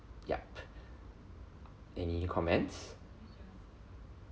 yup any comments